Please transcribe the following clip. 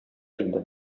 килде